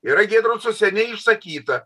yra giedrauco seniai išsakyta